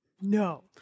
No